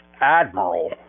Admiral